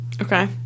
Okay